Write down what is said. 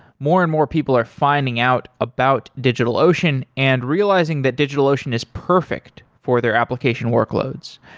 more and more people are finding out about digitalocean and realizing that digitalocean is perfect for their application workloads.